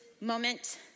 moment